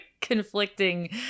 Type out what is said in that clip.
conflicting